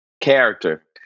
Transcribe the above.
character